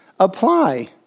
apply